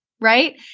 right